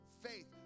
faith